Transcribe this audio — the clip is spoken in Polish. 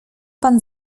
pan